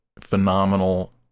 phenomenal